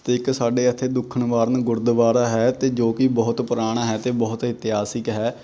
ਅਤੇ ਇੱਕ ਸਾਡੇ ਇੱਥੇ ਦੁੱਖ ਨਿਵਾਰਨ ਗੁਰਦੁਆਰਾ ਹੈ ਅਤੇ ਜੋ ਕਿ ਬਹੁਤ ਪੁਰਾਣਾ ਹੈ ਅਤੇ ਬਹੁਤ ਇਤਿਹਾਸਿਕ ਹੈ